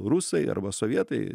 rusai arba sovietai